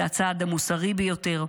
זה הצעד המוסרי ביותר,